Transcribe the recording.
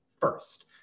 first